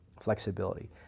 flexibility